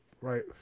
Right